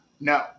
No